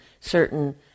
certain